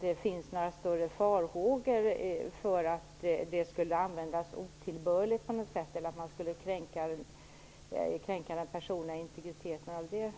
Det finns inga större farhågor när det gäller att informationen skulle användas otillbörligt eller att man skulle kränka den personliga integriteten på det sättet.